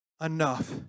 enough